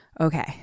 okay